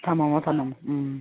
ꯊꯝꯃꯝꯃꯣ ꯊꯝꯃꯝꯃꯣ ꯎꯝ